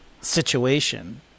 situation